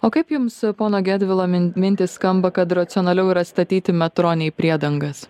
o kaip jums pono gedvilo min mintys skamba kad racionaliau yra statyti metro nei priedangas